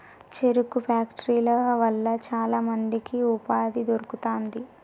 చెరుకు ఫ్యాక్టరీల వల్ల చాల మందికి ఉపాధి దొరుకుతాంది